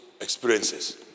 experiences